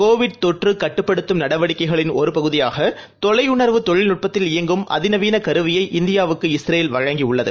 Covid தொற்றுகட்டுப்படுத்தும் நடவடிக்கைகளின் ஒருபகுதியாகதொலையுணர்வு தொழில்நுட்பத்தில இயங்கும் அதிநவீனகருவியை இந்தியாவுக்கு இஸ்ரேல் வழங்கியுள்ளது